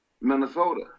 minnesota